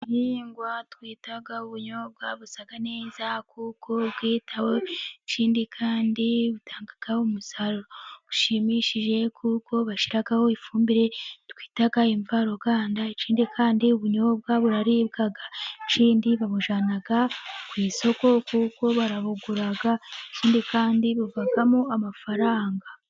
Igihingwa twita ubunyobwa busa neza, kuko ubwitaho, ikindi kandi butanga umusaro ushimishije, kuko bashyiraho ifumbire twita imvaruganda, ikindi kandi ubunyobwa buraribwa, ikindi babujyana ku isoko kuko barabugura, ikindi kandi buvamo amafaranga.